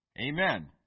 Amen